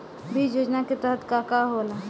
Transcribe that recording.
बीज योजना के तहत का का होला?